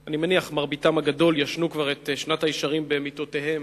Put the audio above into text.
אני מניח שמרביתם הגדולה, כבר ישנו שנת ישרים במיטותיהם,